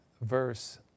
verse